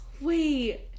Wait